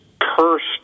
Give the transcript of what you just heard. cursed